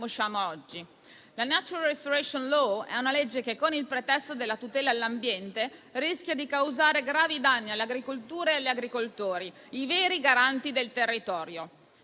La *nature restoration law* è una legge che, con il pretesto della tutela dell'ambiente, rischia di causare gravi danni all'agricoltura e agli agricoltori, i veri garanti del territorio.